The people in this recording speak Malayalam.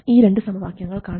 ഈ രണ്ടു സമവാക്യങ്ങൾ കാണാം